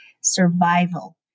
survival